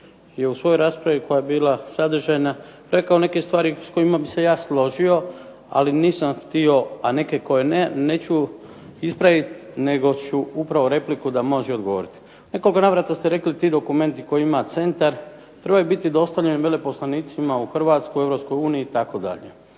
u svojoj raspravi koja je bila sadržajna rekao neke stvari s kojima bih se ja složio, ali nisam htio, a neke koje ne neću ispravit nego ću upravo repliku da može odgovoriti. U nekoliko navrata ste rekli ti dokumenti koje ima centar trebaju biti dostavljeni veleposlanicima u Hrvatskoj,